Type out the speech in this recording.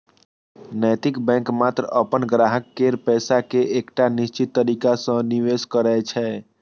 नैतिक बैंक मात्र अपन ग्राहक केर पैसा कें एकटा निश्चित तरीका सं निवेश करै छै